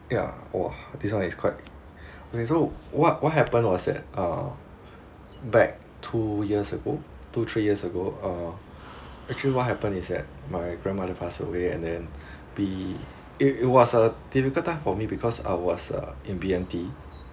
ya !wah! this one is quite okay so what what happen was that uh back two years ago two three years ago uh actually what happen is that my grandmother pass away and then be it it was a difficult time for me because I was uh in B_M_T